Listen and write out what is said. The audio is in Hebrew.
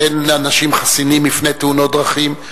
שאין אנשים חסינים בפני תאונות דרכים,